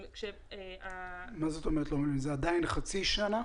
זה עדיין חצי שנה?